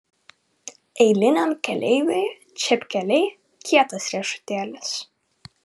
eiliniam keleiviui čepkeliai kietas riešutėlis